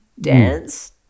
Dance